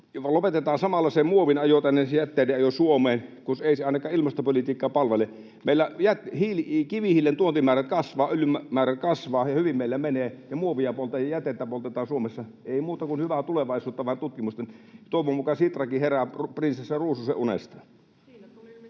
Lopetetaan samalla se muovin ja jätteiden ajo tänne Suomeen, kun ei se ainakaan ilmastopolitiikkaa palvele. Meillä kivihiilen tuontimäärät kasvavat ja öljymäärät kasvavat, ja hyvin meillä menee — ja muovia ja jätettä poltetaan Suomessa. Ei muuta kuin hyvää tulevaisuutta vaan... Toivon mukaan Sitrakin herää prinsessa ruususen unestaan.